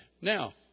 Now